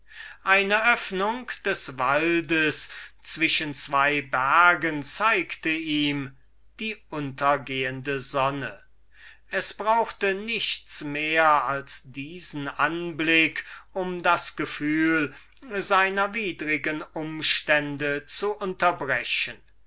eine öffnung des waldes zwischen zween bergen zeigte ihm von fern die untergehende sonne es brauchte nichts mehr als diesen anblick um die empfindung seiner widrigen umstände zu unterbrechen